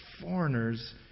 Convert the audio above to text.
foreigners